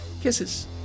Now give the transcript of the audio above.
Kisses